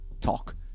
talk